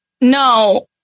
No